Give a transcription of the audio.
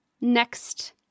Next